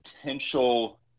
potential